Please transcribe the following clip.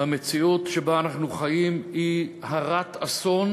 במציאות שבה אנחנו חיים היא הרת-אסון.